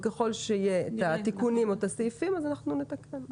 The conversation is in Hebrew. וככל שיהיו התיקונים או הסעיפים אנחנו נתקן.